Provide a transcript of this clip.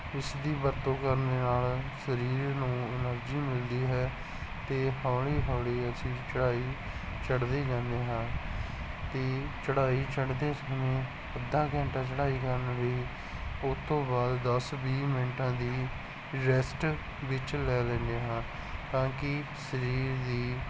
ਇਸ ਦੀ ਵਰਤੋਂ ਕਰਨ ਨਾਲ ਸਰੀਰ ਨੂੰ ਐਨਰਜੀ ਮਿਲਦੀ ਹੈ ਅਤੇ ਹੌਲੀ ਹੌਲੀ ਅਸੀਂ ਚੜ੍ਹਾਈ ਚੜ੍ਹਦੇ ਜਾਂਦੇ ਹਾਂ ਅਤੇ ਚੜ੍ਹਾਈ ਚੜ੍ਹਦੇ ਸਮੇਂ ਅੱਧਾ ਘੰਟਾ ਚੜ੍ਹਾਈ ਕਰਨ ਲਈ ਉਸ ਤੋਂ ਬਾਅਦ ਦਸ ਵੀਹ ਮਿੰਟਾਂ ਦੀ ਰੈਸਟ ਵਿੱਚ ਲੈ ਲੈਂਦੇ ਹਾਂ ਤਾਂ ਕਿ ਸਰੀਰ ਦੀ